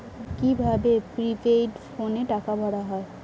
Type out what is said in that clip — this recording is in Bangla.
কি ভাবে প্রিপেইড ফোনে টাকা ভরা হয়?